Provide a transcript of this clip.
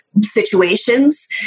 situations